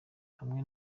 hamwe